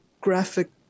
graphic